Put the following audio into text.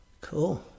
Cool